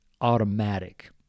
automatic